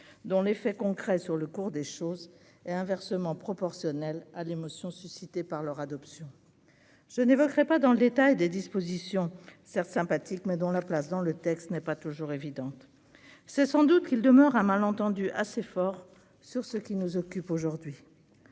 dans les faits concrets sur le cours des choses et inversement proportionnelle à l'émotion suscitée par leur adoption je n'évoquerai pas dans le détail des dispositions certes sympathique, mais dont la place dans le texte n'est pas toujours évidente, c'est sans doute qu'il demeure un malentendu assez fort sur ce qui nous occupe aujourd'hui